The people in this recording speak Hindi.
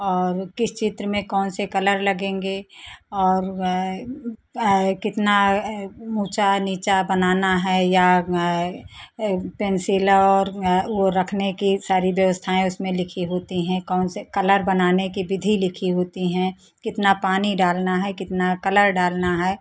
और किस चित्र में कौन से कलर लगेंगे और कितना ऊंचा नीचा बनाना है या पेंसिल और वो रखने की सारी व्यवस्थाएं उसमें लिखी होती हैं कौन से कलर बनाने की विधि लिखी होती हैं कितना पानी डालना है कितना कलर डालना है